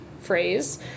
phrase